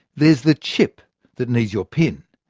there's the chip that needs your pin.